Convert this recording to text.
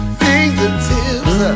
fingertips